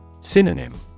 Synonym